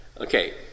Okay